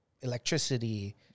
electricity